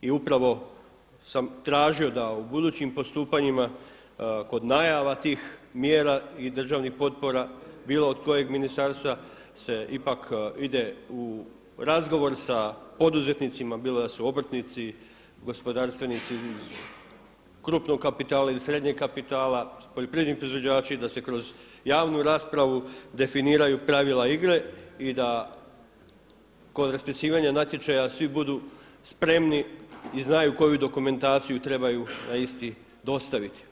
I upravo sam tražio da u budućim postupanjima kod najava tih mjera i državnih potpora bilo od kojeg ministarstva se ipak ide u razgovor sa poduzetnicima, bilo da su obrtnici, gospodarstvenici krupnog kapitala ili srednjeg kapitala, poljoprivredni proizvođači da se kroz javnu raspravu definiraju pravila igre i da kod raspisivanja natječaja svi budu spremni i znaju koju dokumentaciju trebaju na isti dostaviti.